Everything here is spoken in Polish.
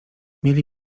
mieli